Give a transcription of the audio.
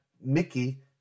Mickey